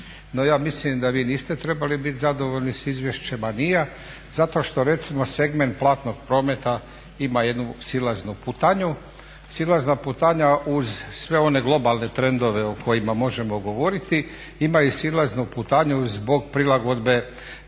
no ja mislim da vi niste trebali biti zadovoljni s izvješćem a ni ja zato što recimo segment platnog prometa ima jednu silaznu putanju, silazna putanja uz sve one globalne trendove o kojima možemo govoriti ima i silaznu putanju zbog prilagodbe